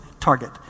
Target